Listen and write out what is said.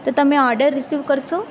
તો તમે order receive કરશો